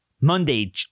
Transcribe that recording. Monday